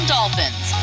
Dolphins